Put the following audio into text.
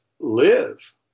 live